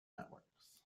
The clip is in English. networks